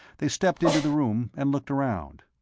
they stepped into the room and looked around.